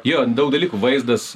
jo daug dalykų vaizdas